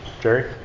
Jerry